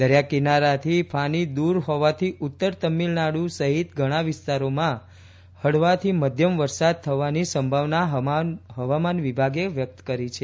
દરિયા કિનારાથી ફાની દૂર હોવાથી ઉત્તર તમિળનાડુ સહિત ઘણા વિસ્તારોમાં હળવોથી મધ્યમ વરસાદ થવાની સંભાવના હવામાન વિભાગે વ્યક્ત કરી છે